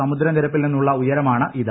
സമുദ്ര നിരപ്പിൽ നിന്നുള്ള് ഉയരമാണിത്